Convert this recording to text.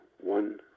one